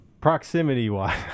Proximity-wise